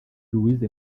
louise